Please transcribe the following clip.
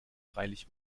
freilich